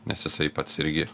nes jisai pats irgi